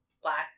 black